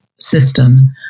system